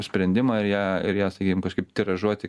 sprendimą ir ją ir ją sakykim kažkaip tiražuoti